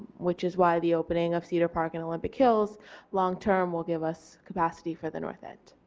which is why the opening of cedar park and olympic hills long-term will give us capacity for the north end.